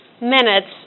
minutes